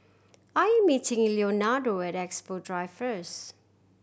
I meeting Leonardo at Expo Drive first